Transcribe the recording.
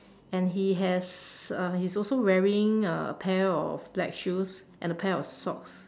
and he has uh he's also wearing a pair of black shoes and a pair of socks